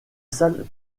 salle